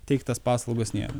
teikt tas paslaugas nėra